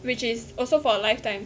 which is also for lifetime